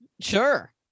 Sure